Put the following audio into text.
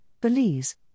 Belize